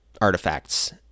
artifacts